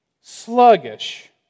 sluggish